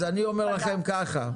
אז אני אומר לכם ככה: